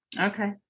Okay